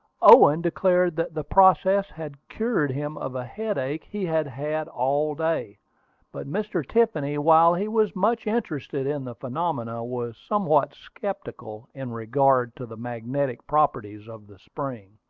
owen declared that the process had cured him of a headache he had had all day but mr. tiffany, while he was much interested in the phenomenon, was somewhat skeptical in regard to the magnetic properties of the spring.